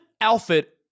outfit